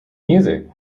music